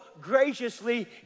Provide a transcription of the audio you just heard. graciously